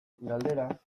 galderak